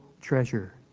treasure